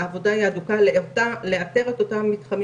על הנקודה שאתה דיברת עליה אנחנו נתייחס